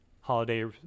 holiday